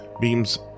beams